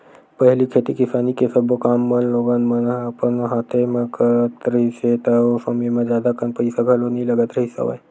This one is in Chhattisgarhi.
पहिली खेती किसानी के सब्बो काम मन लोगन मन ह अपन हाथे म करत रिहिस हे ता ओ समे म जादा कन पइसा घलो नइ लगत रिहिस हवय